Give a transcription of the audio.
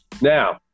Now